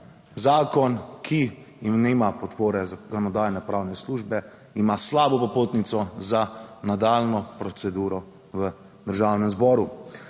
"Zakon, ki nima podpore Zakonodajno-pravne službe, ima slabo popotnico za nadaljnjo proceduro v Državnem zboru."